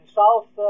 south